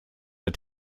der